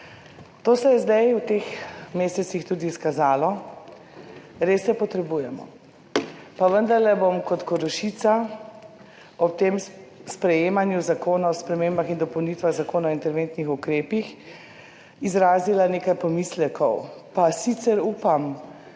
To se je zdaj v teh mesecih tudi izkazalo. Res se potrebujemo, pa vendarle bom kot Korošica ob tem sprejemanju zakona o spremembah in dopolnitvah Zakona o interventnih ukrepih izrazila nekaj pomislekov, pa sicer upam,